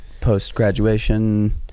post-graduation